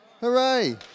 Hooray